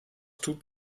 tut